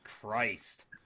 Christ